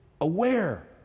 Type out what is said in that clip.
aware